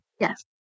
Yes